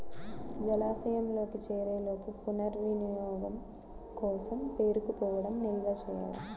జలాశయంలోకి చేరేలోపు పునర్వినియోగం కోసం పేరుకుపోవడం నిల్వ చేయడం